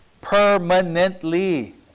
permanently